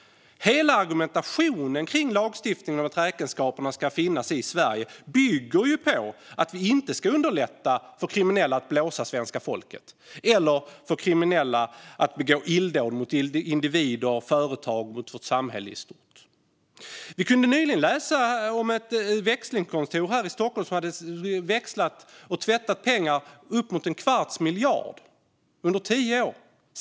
Hela argumentationen kring lagstiftningen om att räkenskaperna ska finnas i Sverige bygger på att vi inte ska underlätta för kriminella att blåsa svenska folket eller för kriminella att begå illdåd mot individer, företag och vårt samhälle i stort. Vi kunde nyligen läsa om ett växlingskontor här i Stockholm som hade tvättat pengar, uppemot en kvarts miljard, under tio år.